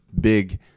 big